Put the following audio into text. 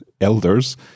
elders